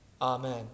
Amen